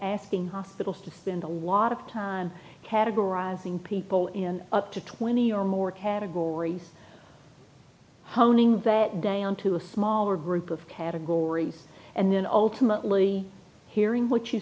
asking hospitals to spend a lot of time categorizing people in up to twenty or more categories honing that day onto a smaller group of categories and then ultimately hearing what you